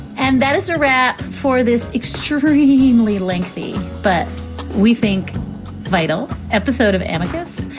and that is a wrap for this extremely lengthy. but we think fatal episode of amicus.